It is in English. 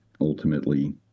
ultimately